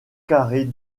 carrée